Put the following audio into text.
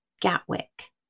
Gatwick